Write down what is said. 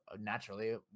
naturally